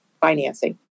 financing